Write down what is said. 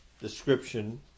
description